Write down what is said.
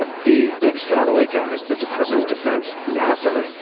ah the big satelliteguys, the department of defense, nasa,